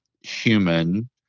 human